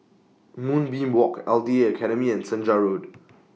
Moonbeam Walk L T A Academy and Senja Road